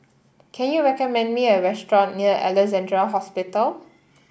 can you recommend me a restaurant near Alexandra Hospital